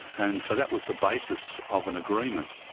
and so that was the basis of an agreement.